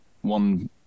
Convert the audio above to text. one